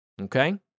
Okay